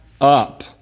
up